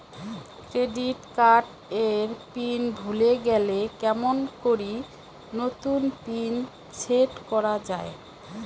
Credit card এর pin ভুলে গেলে কেমন করি নতুন পিন সেট করা য়ায়?